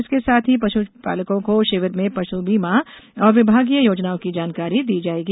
इसके साथ ही पशुपालकों को शिविर में पशु बीमा एवं विभागीय योजनाओं की जानकारी दी जाएगी